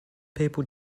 people